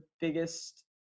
biggest